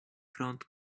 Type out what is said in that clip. front